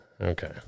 Okay